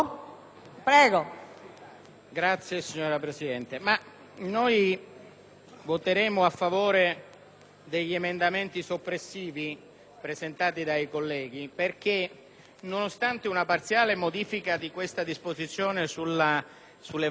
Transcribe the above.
voteremo a favore degli emendamenti soppressivi presentati dai colleghi perché, nonostante una parziale modifica della disposizione sulle variazioni di iscrizione anagrafica e di residenza, la norma è inutile,